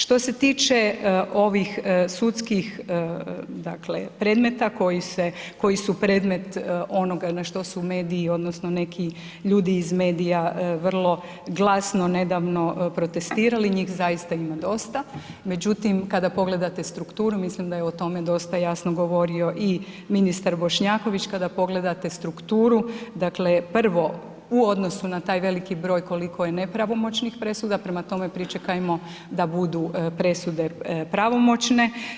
Što se tiče ovih sudskih dakle predmeta koji su predmet onoga na što su mediji, odnosno neki ljudi iz medija vrlo glasno nedavno protestirali, njih zaista ima dosta, međutim, kada pogledate strukturu mislim da je o tome dosta jasno govorio i ministar Bošnjaković kada pogledate strukturu, dakle prvo u odnosu na taj veliki broj koliko je nepravomoćnih presuda, prema tome pričekajmo da budu presude pravomoćne.